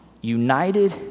united